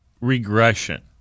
regression